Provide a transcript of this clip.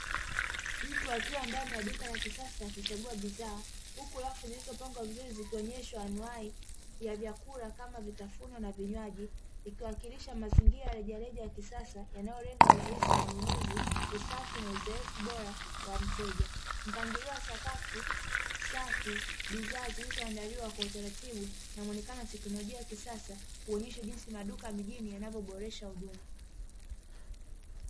Mtu akiwa ndani ya duka la kisasa akichagua bidhaa, huku rafu zilizopangwa vizuri zikionyeshwa anuwai ya vyakula kama vitafunwa na vinywaji, ikiwakilisha mazingira reja reja ya kisasa yanayolenga urahisi na ununuzi, usafi na uzoefu bora wa mteja. Mpangilio wa sakafu safi, bidhaa zilizopangwa kwa utaratibu na muonekano wa teknolojia ya kisasa, huonyesha jinsi maduka ya mijini yanavyoboresha huduma.